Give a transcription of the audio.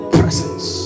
presence